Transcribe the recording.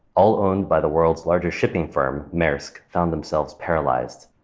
all owned by the world's largest shipping firm, maersk, found themselves paralyzed.